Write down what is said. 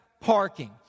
Parking